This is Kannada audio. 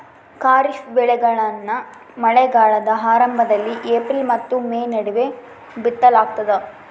ಖಾರಿಫ್ ಬೆಳೆಗಳನ್ನ ಮಳೆಗಾಲದ ಆರಂಭದಲ್ಲಿ ಏಪ್ರಿಲ್ ಮತ್ತು ಮೇ ನಡುವೆ ಬಿತ್ತಲಾಗ್ತದ